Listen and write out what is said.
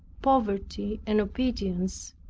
poverty and obedience,